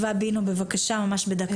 אביב ובאמת שהיו לי חברים גם שהם שהיו ערבים,